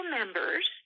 members